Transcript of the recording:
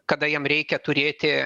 kada jam reikia turėti